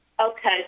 Okay